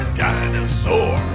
dinosaur